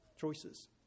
choices